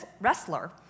wrestler